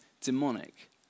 demonic